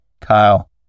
Kyle